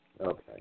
Okay